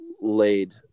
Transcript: laid